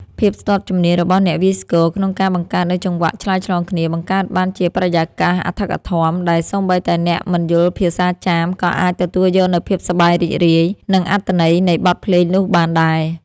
ភាពស្ទាត់ជំនាញរបស់អ្នកវាយស្គរ ក្នុងការបង្កើតនូវចង្វាក់ឆ្លើយឆ្លងគ្នា បង្កើតបានជាបរិយាកាសអធិកអធម ដែលសូម្បីតែអ្នកមិនយល់ភាសាចាម ក៏អាចទទួលយកនូវភាពសប្បាយរីករាយ និងអត្ថន័យនៃបទភ្លេងនោះបានដែរ។